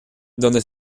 donde